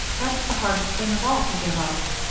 that's the hardest thing of all to give up.